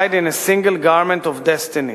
tied in a single garment of destiny.